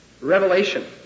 revelation